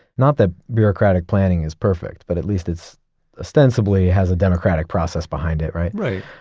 not that bureaucratic planning is perfect, but at least it's ostensibly has a democratic process behind it, right? right